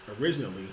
originally